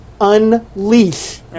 unleash